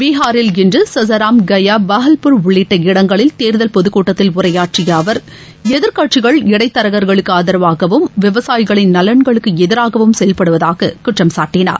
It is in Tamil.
பீகாரில் இன்று சசராம் கயா பாஹல்பூர் உள்ளிட்ட இடங்களில் தேர்தல் பொதுக்கூட்டத்தில் உரையாற்றிய எதிர்க்கட்சிகள் இடைத்தரகர்களுக்கு ஆதரவாகவும் விவசாயிகளின் நலன்களுக்கு எதிராகவும் அவர் செயல்படுவதாக குற்றம் சாட்டினார்